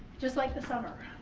just like the summer.